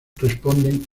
responden